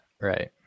right